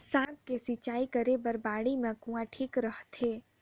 साग के सिंचाई करे बर बाड़ी मे कुआँ ठीक रहथे?